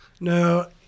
No